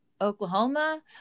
Oklahoma